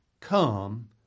come